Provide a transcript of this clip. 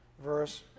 verse